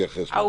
נתייחס גם לזה.